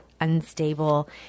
unstable